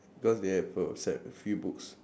cause they have a set a few books